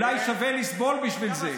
אולי שווה לסבול בשביל זה.